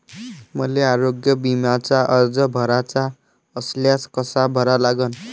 मले आरोग्य बिम्याचा अर्ज भराचा असल्यास कसा भरा लागन?